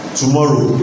tomorrow